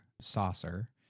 saucer